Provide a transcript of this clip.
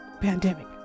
pandemic